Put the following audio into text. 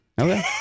Okay